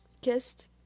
kissed